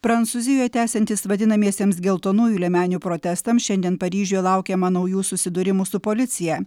prancūzijoje tęsiantis vadinamiesiems geltonųjų liemenių protestams šiandien paryžiuje laukiama naujų susidūrimų su policija